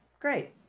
great